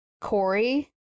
Corey